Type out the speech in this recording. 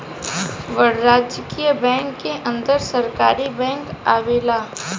वाणिज्यिक बैंक के अंदर सरकारी बैंक आवेला